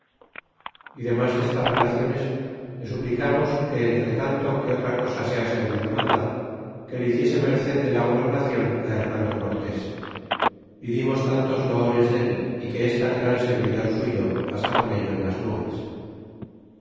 y demas destas relaciones le suplicamos que entretanto que otra cosa sea servido mandar que le hiciese merced de la gobernacion llenando cortés y dimos tantos loores dé y que es tan gran servidor suyo hasta ponello en las nubes